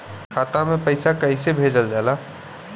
खाता में पैसा कैसे भेजल जाला?